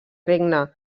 regne